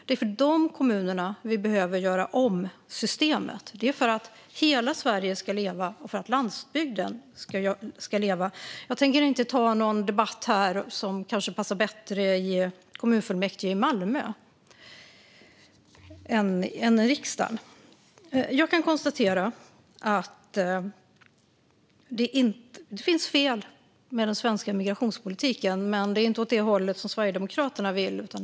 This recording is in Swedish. Det är för de kommunerna vi behöver göra om systemet, för att landsbygden och hela Sverige ska leva. Jag tänker inte ta någon debatt här som kanske passar bättre i kommunfullmäktige i Malmö än i riksdagen. Det finns fel med den svenska migrationspolitiken, men inte åt det håll som Sverigedemokraterna vill ha det till.